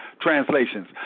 translations